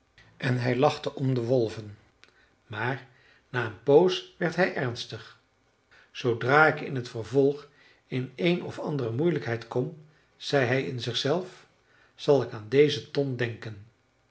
en hij lachte om de wolven maar na een poos werd hij ernstig zoodra ik in t vervolg in een of andere moeilijkheid kom zei hij in zichzelf zal ik aan deze ton denken